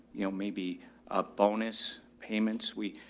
you know maybe a bonus payments. we,